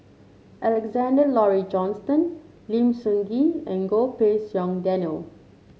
Alexander Laurie Johnston Lim Sun Gee and Goh Pei Siong Daniel